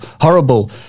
horrible